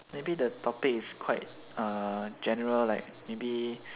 maybe the topic is quite err general like maybe